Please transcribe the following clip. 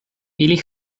ili